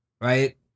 right